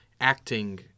acting